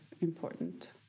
important